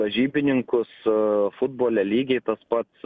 lažybininkus futbole lygiai tas pats